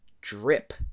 Drip